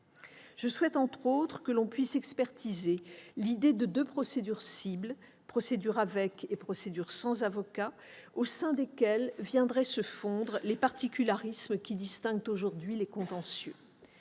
Je souhaite, entre autres choses, que l'on puisse expertiser l'idée de deux « procédures cibles »- procédure avec avocat et procédure sans avocat -, au sein desquelles viendraient se fondre les particularismes qui distinguent aujourd'hui les contentieux.